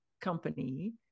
company